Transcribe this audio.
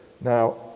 Now